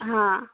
ହଁ